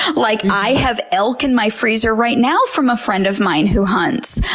like, i have elk in my freezer right now from a friend of mine who hunts.